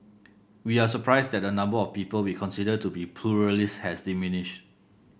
we are surprised that the number of people we consider to be pluralists has diminished